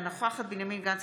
אינה נוכחת בנימין גנץ,